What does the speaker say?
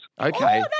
Okay